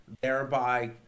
thereby